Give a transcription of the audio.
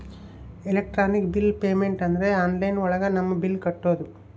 electronic bill payment ಅಂದ್ರೆ online ಒಳಗ ನಮ್ ಬಿಲ್ ಕಟ್ಟೋದು